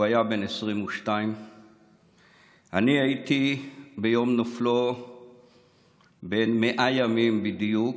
הוא היה בן 22. אני הייתי ביום נופלו בן 100 ימים בדיוק,